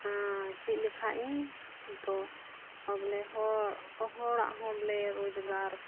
ᱪᱮᱫ ᱞᱮᱠᱷᱟᱱ ᱤᱧ ᱛᱚ ᱵᱚᱞᱮ ᱦᱚᱲ ᱦᱚᱲᱟᱜ ᱦᱚᱸ ᱵᱚᱞᱮ ᱨᱳᱡᱽᱜᱟᱨ